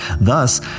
Thus